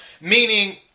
Meaning